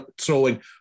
throwing